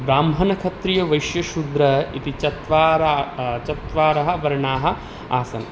ब्राह्मणः क्षत्रियः वैश्यः शूद्रः इति चत्वारः चत्वारः वर्णाः आसन्